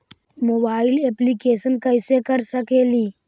Mobile application कैसे कर सकेली?